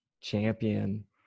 champion